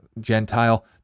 Gentile